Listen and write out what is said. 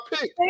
pick